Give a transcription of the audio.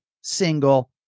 single